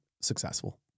successful